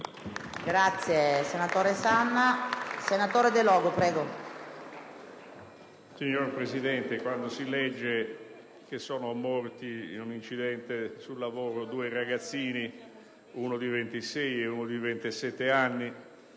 Signor Presidente, quando si legge che sono morti in un incidente sul lavoro due ragazzi di 26 e 27 anni